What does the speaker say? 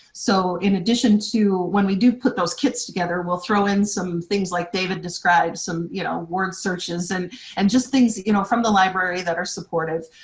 so in addition to when we do put those kits together we'll throw in some things like david described, some you know word searches and and just things you know from the library that are supportive.